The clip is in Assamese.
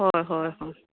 হয় হয় হয়